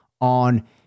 on